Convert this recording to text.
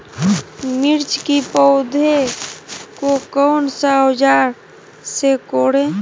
मिर्च की पौधे को कौन सा औजार से कोरे?